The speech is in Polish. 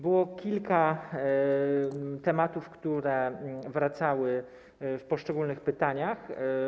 Było kilka tematów, które wracały w poszczególnych pytaniach.